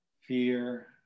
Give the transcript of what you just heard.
fear